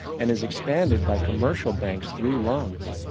and is expanded by commercial banks through loans,